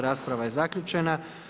Rasprava je zaključena.